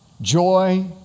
joy